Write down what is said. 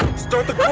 start the but